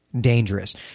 dangerous